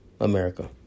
America